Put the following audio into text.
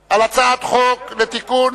להצבעה על הצעת חוק לתיקון